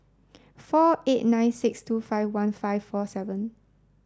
four eight nine six two five one five four seven